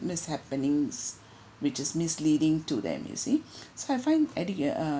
mishappenings which is misleading to them you see so I find educa~ uh